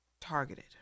targeted